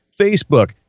Facebook